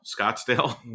Scottsdale